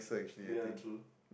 ya true